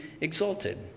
exalted